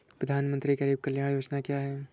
प्रधानमंत्री गरीब कल्याण योजना क्या है?